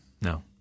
No